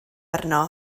arno